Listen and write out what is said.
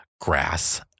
grass